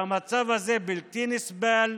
והמצב הזה בלתי נסבל,